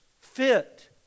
fit